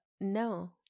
no